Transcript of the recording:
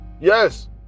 Yes